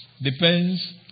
depends